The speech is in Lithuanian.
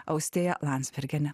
austėja landsbergienė